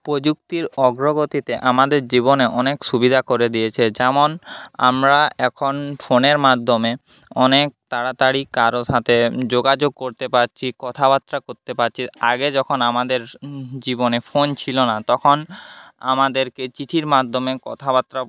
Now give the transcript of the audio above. প্রযুক্তির অগ্রগতিতে আমাদের জীবনে অনেক সুবিধা করে দিয়েছে যেমন আমরা এখন ফোনের মাধ্যমে অনেক তাড়াতাড়ি কারো সাথে যোগাযোগ করতে পারছি কথাবার্তা করতে পারছি আগে যখন আমাদের জীবনে ফোন ছিল না তখন আমাদেরকে চিঠির মাধ্যমে কথাবার্তা